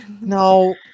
no